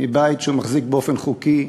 מבית שהוא מחזיק באופן חוקי.